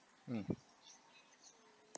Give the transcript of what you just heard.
mm